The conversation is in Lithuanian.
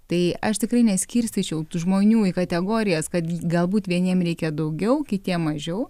tai aš tikrai neskirstyčiau tų žmonių į kategorijas kad galbūt vieniem reikia daugiau kitiem mažiau